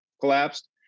collapsed